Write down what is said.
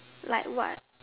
like what